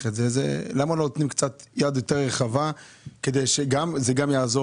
למה לא נותנים יד קצת יותר רחבה כדי שזה יעזור